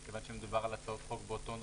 מכיוון שמדובר על הצעות חוק באותו נושא,